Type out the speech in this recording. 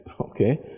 okay